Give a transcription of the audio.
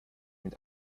mit